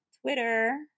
Twitter